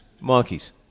Monkeys